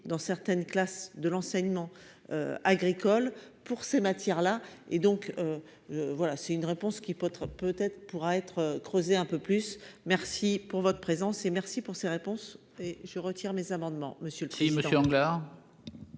dans certaines classes de l'enseignement agricole pour ces matières là et donc voilà, c'est une réponse qui peut être peut être pourra être creusé un peu plus, merci pour votre présence et merci pour ces réponses et je retire mes amendements